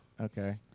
Okay